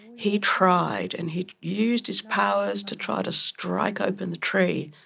he tried and he used his powers to try to strike open the tree,